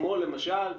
למשל,